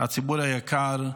הציבור היקר,